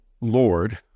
Lord